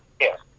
Yes